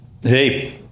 Hey